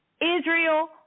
Israel